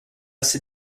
ses